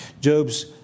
Job's